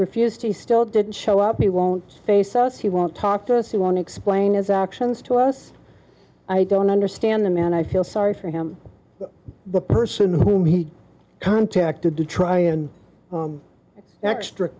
refused he still didn't show up he won't face us he won't talk to us he won't explain his actions to us i don't understand the man i feel sorry for him the person whom he contacted to try and extra